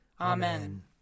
Amen